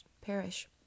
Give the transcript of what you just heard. perish